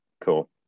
Cool